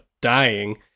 dying